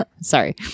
Sorry